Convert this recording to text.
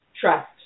trust